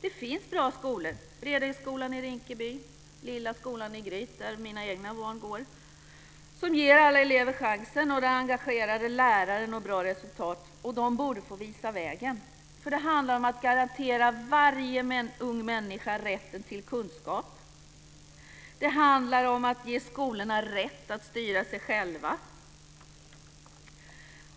Det finns bra skolor, t.ex. Bredängsskolan i Rinkeby, Lilla skolan i Gryt, där mina egna barn går, som ger alla elever chansen och där engagerade lärare når bra resultat. De borde få visa vägen, för det handlar om att garantera varje ung människa rätten till kunskap. Det handlar om att ge skolorna rätt att styra sig själva